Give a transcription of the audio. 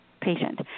patient